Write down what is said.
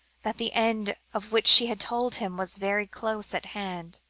that the end of which she had told him, was very close at hand.